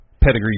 pedigree